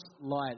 light